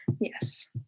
Yes